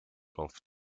off